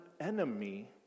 enemy